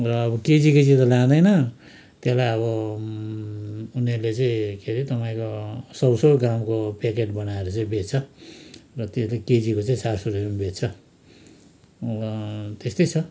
र अब KG KG त लाँदैन त्यसललाई अब उनीहरूले चाहिँ के अरे तपाईँको सौ सौ ग्रामको प्याकेट बनाएर चाहिँ बेच्छ र त्यसले केजीको चाहिँ चार सौ रुपियाँ बेच्छ र त्यस्तै छ